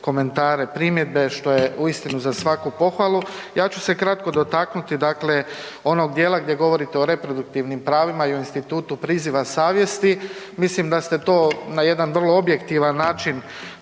komentare, primjedbe što je uistinu za svaku pohvalu. Ja ću se kratko dotaknuti dakle onog djela gdje govorite o reproduktivnim pravima i o institutu priziva savjesti, mislim da ste to na jedan vrlo objektivan način